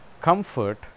Comfort